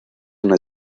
una